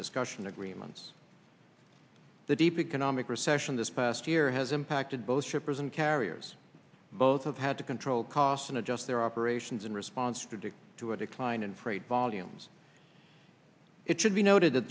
discussion agreements the deep economic recession this past year has impacted both shippers and carriers both of how to control costs and adjust their operations in response predict to a decline in freight volumes it should be noted that